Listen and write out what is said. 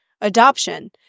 adoption